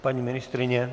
Paní ministryně?